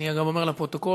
אני גם אומר לפרוטוקול,